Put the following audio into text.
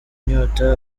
inyota